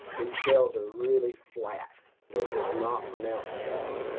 the cells are really flat. they're just not pronounced at all.